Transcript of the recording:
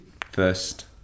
first